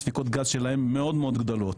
הספקות גז שלהם הן מאוד גדולות.